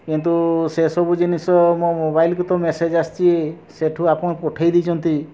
କିନ୍ତୁ ସେସବୁ ଜିନିଷ ମୋ ମୋବାଇଲ୍କୁ ତ ମେସେଜ୍ ଆସିଛି ସେଇଠୁ ଆପଣ ପଠାଇ ଦେଇଛନ୍ତି